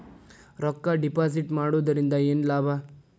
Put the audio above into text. ರೊಕ್ಕ ಡಿಪಾಸಿಟ್ ಮಾಡುವುದರಿಂದ ಏನ್ ಲಾಭ?